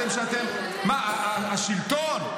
מה, השלטון?